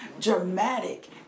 dramatic